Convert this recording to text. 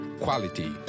quality